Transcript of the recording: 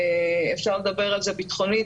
אפשר לדבר על זה ביטחונית,